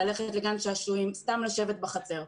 ללכת לגן שעשועים או סתם לשבת בחצר.